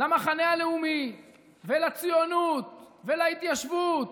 למחנה הלאומי ולציונות ולהתיישבות